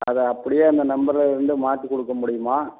அதை அப்படியே அந்த நம்பரை வந்து மாற்றிக் கொடுக்க முடியுமா